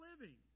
living